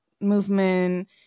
movement